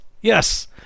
Yes